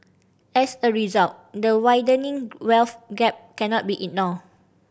as a result the widening wealth gap cannot be ignored